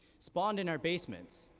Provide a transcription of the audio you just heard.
spawned in our basements,